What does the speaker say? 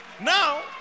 Now